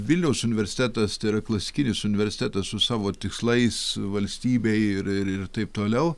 vilniaus universitetas tai yra klasikinis universitetas su savo tikslais valstybei ir ir ir taip toliau